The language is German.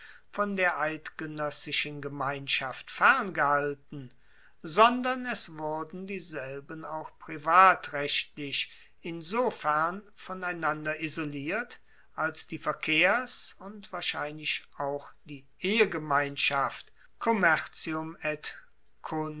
von der eidgenoessischen gemeinschaft ferngehalten sondern es wurden dieselben auch privatrechtlich insofern voneinander isoliert als die verkehrs und wahrscheinlich auch die ehegemeinschaft